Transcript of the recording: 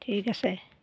ঠিক আছে